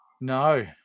No